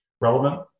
relevant